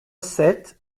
sept